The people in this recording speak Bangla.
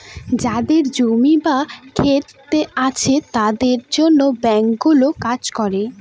যাদের জমি বা ক্ষেত আছে তাদের জন্য ব্যাঙ্কগুলো কাজ করে